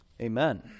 Amen